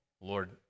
Lord